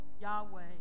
Yahweh